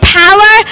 power